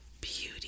beauty